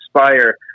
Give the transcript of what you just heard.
inspire